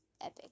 epic